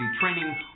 training